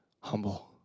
humble